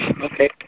Okay